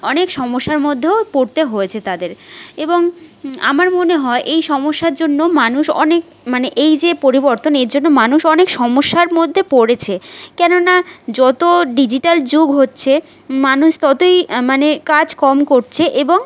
অনেক সমস্যার মধ্যেও পড়তে হয়েছে তাদের এবং আমার মনে হয় এই সমস্যার জন্য মানুষ অনেক মানে এই যে পরিবর্তন এর জন্য মানুষ অনেক সমস্যার মধ্যে পড়েছে কেন না যতো ডিজিটাল যুগ হচ্ছে মানুষ ততোই মানে কাজ কম করছে এবং